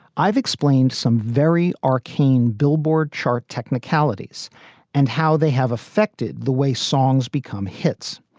i've explained some very arcane billboard chart technicalities and how they have affected the way songs become hits.